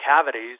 cavities